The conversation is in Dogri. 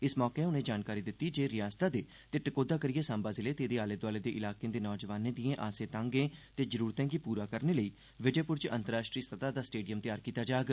इस मौके उन्ने जानकारी दिती जे रयासतै दे ते टकोहदा करियै साम्बा जिले ते एदे आले दोआले दे इलाकें दे नोजवानें दियें आर्से तांगें ते जरुरतें गी प्रा करने लेई विजयप्र च अन्तर्राष्ट्रीय सतह दा स्टेडियम त्यार कीता जाग